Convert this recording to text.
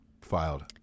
Filed